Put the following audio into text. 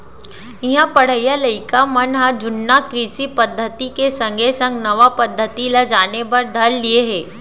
इहां पढ़इया लइका मन ह जुन्ना कृषि पद्धति के संगे संग नवा पद्धति ल जाने बर धर लिये हें